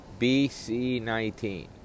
BC19